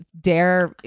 Dare